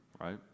right